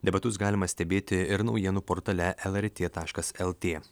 debatus galima stebėti ir naujienų portale lrt taškas lt